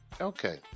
Okay